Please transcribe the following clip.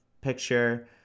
picture